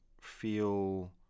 feel